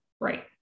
Right